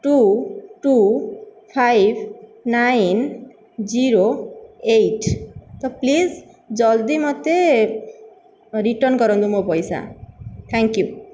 two two five nine zero eight ତ please ଜଲ୍ଦି ମୋତେ ରିଟର୍ନ କରନ୍ତୁ ମୋ ପଇସା ଥାଙ୍କ୍ ୟୁ